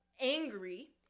angry